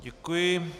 Děkuji.